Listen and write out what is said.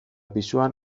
pisuan